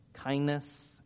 kindness